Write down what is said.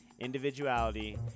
individuality